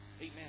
Amen